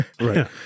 Right